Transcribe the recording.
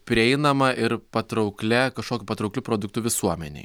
prieinama ir patrauklia kažkokiu patraukliu produktu visuomenei